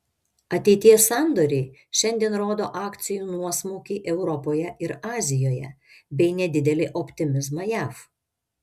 ateities sandoriai šiandien rodo akcijų nuosmukį europoje ir azijoje bei nedidelį optimizmą jav